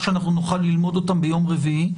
שאנחנו נוכל ללמוד אותן ביום רביעי,